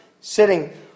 sitting